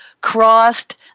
crossed